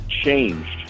changed